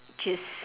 just